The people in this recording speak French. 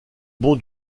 bon